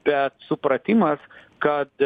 bet supratimas kad